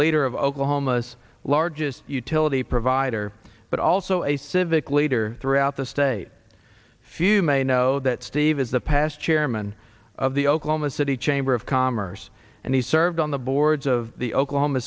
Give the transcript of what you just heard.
leader of oklahoma's largest utility provider but also a civic leader throughout the state if you may know that steve is the past chairman of the oklahoma city chamber of commerce and he served on the boards of the oklahoma